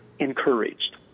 encouraged